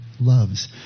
loves